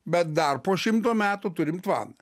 bet dar po šimto metų turim planą